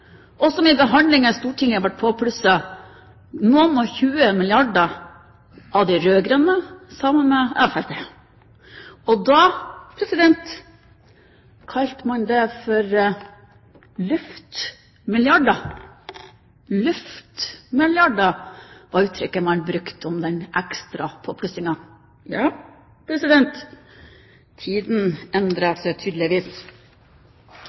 påplusset noenogtjue milliarder av de rød-grønne sammen med Fremskrittspartiet. Da kalte man det for «luftmilliarder». «Luftmilliarder» var uttrykket man brukte om den ekstra